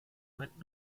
mit